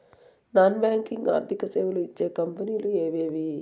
Non banking ఆర్థిక సేవలు ఇచ్చే కంపెని లు ఎవేవి?